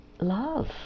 love